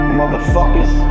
Motherfuckers